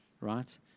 right